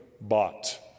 bought